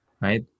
Right